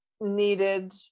needed